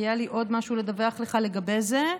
היה לי עוד משהו לדווח לך לגבי זה,